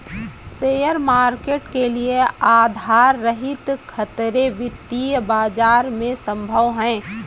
share market के लिये आधार रहित खतरे वित्तीय बाजार में असम्भव हैं